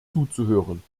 zuzuhören